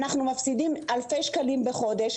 אנחנו מפסיים אלפי שקלים בחודש,